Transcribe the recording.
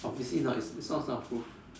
obviously it's not it's not soundproof